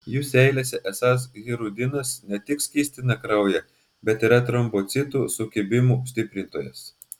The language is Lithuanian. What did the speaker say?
jų seilėse esąs hirudinas ne tik skystina kraują bet yra trombocitų sukibimų stiprintojas